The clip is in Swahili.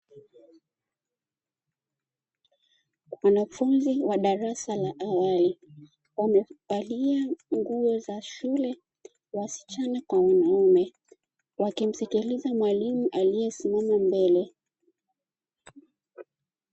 Wanafunzi wa darasa la awali wamevalia nguo za shule wasichana kwa wanaume wakimsikiza mwalimu aliyesimama mbele.